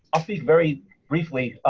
i'll speak very briefly.